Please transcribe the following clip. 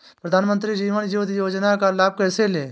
प्रधानमंत्री जीवन ज्योति योजना का लाभ कैसे लें?